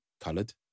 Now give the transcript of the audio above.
coloured